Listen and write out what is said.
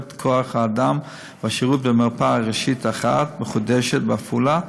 כוח-האדם והשירות במרפאה ראשית אחת מחודשת בעפולה,